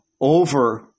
over